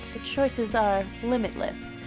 the choices are limitless,